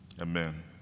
Amen